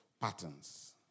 patterns